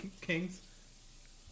Kings